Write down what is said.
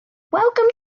welcome